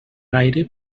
gaire